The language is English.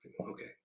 Okay